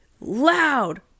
loud